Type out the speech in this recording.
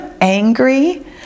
angry